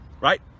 right